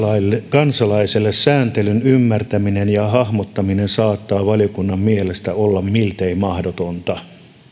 kansalaiselle sääntelyn ymmärtäminen ja hahmottaminen saattaa valiokunnan mielestä olla miltei mahdotonta